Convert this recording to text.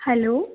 hello